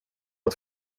att